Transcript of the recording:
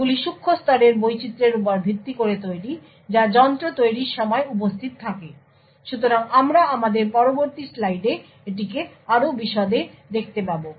এগুলি সূক্ষ্ণ স্তরের বৈচিত্রের উপর ভিত্তি করে তৈরি যা যন্ত্র তৈরির সময় উপস্থিত থাকে সুতরাং আমরা আমাদের পরবর্তী স্লাইডে এটিকে আরও বিশদে দেখতে পাব